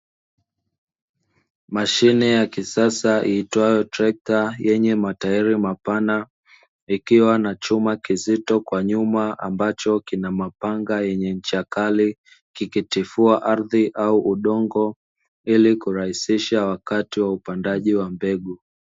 Mashine ya kisasa iitwayo trekta yenye matairi mapana, ikiwa na chuma kizito kwa nyuma ambacho kina mapanga yenye ncha kali, kikitifua ardhi au udongo ili kurahisisha wakati wa upandaji wa mbegu.